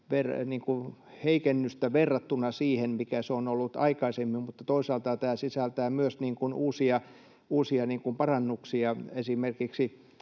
heikennystä verrattuna siihen, mikä se on ollut aikaisemmin, mutta toisaalta tämä sisältää myös uusia parannuksia esimerkiksi